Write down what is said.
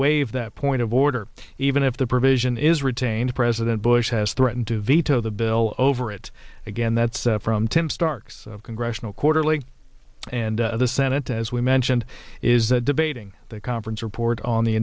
waive that point of order even if the provision is retained president bush has threatened to veto the bill over it again that's from tim stark's congressional quarterly and the senate as we mentioned is that debating the conference report on the